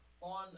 on